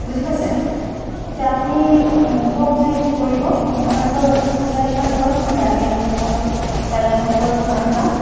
বুজি পাইছে এতিয়া আপুনি কওক যে কি কৰিব মোক হয়তো পইচা ৰিফাণ্ড কৰক মই কালি আপোনালোকৰ কাইলে আপোনালোকৰ দোকানত যাম